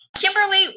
Kimberly